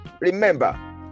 Remember